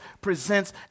presents